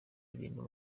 ibintu